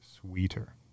sweeter